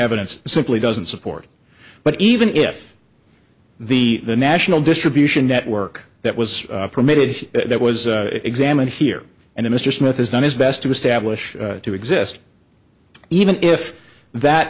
evidence simply doesn't support but even if the the national distribution network that was permitted that was examined here and mr smith has done his best to establish to exist even if that